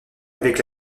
avec